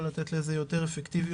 או לתת לזה יותר אפקטיביות,